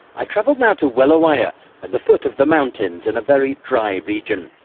i've travelled now to wellawaya at the foot of the mountains in a very dry region.